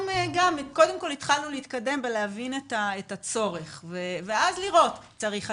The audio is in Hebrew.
קודם כל התחלנו להתקדם ולהבין את הצורך ואז לראות צריך חקיקה,